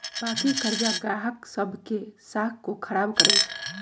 बाँकी करजा गाहक सभ के साख को खराब करइ छै